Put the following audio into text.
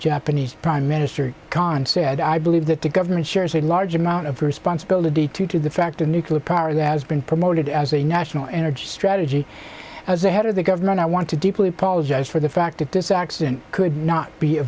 japanese prime minister khan said i believe that the government shares a large amount of responsibility to the fact of nuclear power that has been promoted as a national energy strategy as the head of the government i want to deeply apologize for the fact that this accident could not be a